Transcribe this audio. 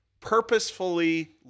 purposefully